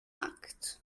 akt